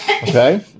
Okay